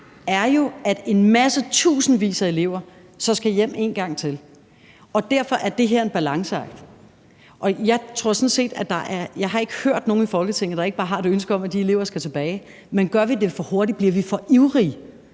er, at tusindvis af elever så skal hjem en gang til. Derfor er det her en balanceakt, og jeg har sådan set ikke hørt nogen i Folketinget, der ikke har et ønske om, at de elever skal tilbage. Men gør vi det for hurtigt, og bliver vi for ivrige,